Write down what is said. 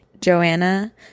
Joanna